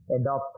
adopt